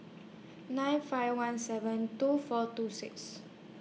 nine five one seven two four two six